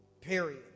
period